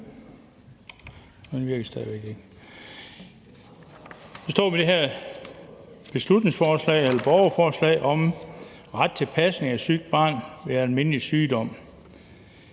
Vi står med det her borgerforslag om ret til pasning af sygt barn ved almindelig sygdom.